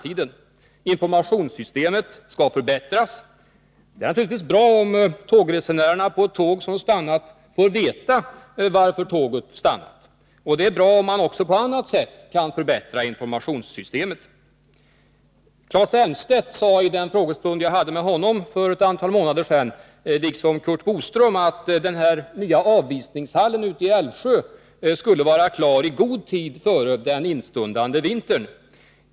Informationssystemet skall förbättras. Det är naturligtvis bra om tågresenärerna på ett tåg som stannat får veta varför tåget står stilla. Det är bra om man också på annat sätt kan förbättra informationssystemet. Claes Elmstedt sade i den frågedebatt jag hade med honom för ett antal månader sedan, liksom Curt Boström säger nu, att den nya avisningshallen ute i Älvsjö skulle vara klar i god tid före den instundande vintern.